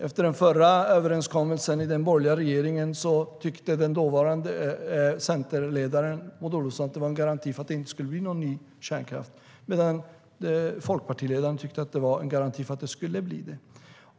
Efter den förra överenskommelsen i den borgerliga regeringen menade den dåvarande centerledaren Maud Olofsson att den var en garanti för att det inte skulle bli någon ny kärnkraft, medan folkpartiledaren ansåg att den var en garanti för att det skulle bli det.